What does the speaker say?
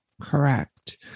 Correct